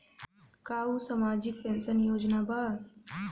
का उ सामाजिक पेंशन योजना बा?